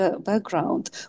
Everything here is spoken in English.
background